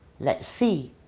let's see.